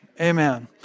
Amen